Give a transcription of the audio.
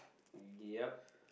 yup